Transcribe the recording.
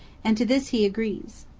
and to this he agrees.